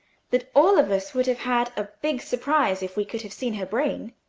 that all of us would have had a big surprise if we could have seen her brain.